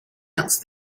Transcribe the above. else